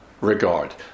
regard